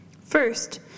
First